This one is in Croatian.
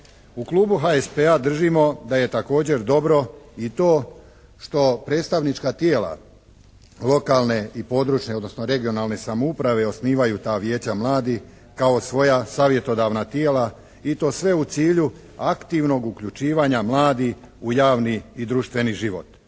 U klubu HSP-a držimo da je također dobro i to što predstavnička tijela lokalne i područne odnosno regionalne samouprave osnivaju ta Vijeća mladih kao svoja savjetodavna tijela i to sve u cilju aktivnog uključivanja mladih u javni i u društveni život,